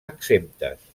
exemptes